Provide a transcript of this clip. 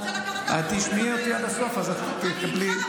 תשמעי אותי עד הסוף ואז תדעי,